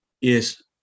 Yes